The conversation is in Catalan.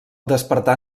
despertar